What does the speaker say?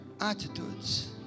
attitudes